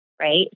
right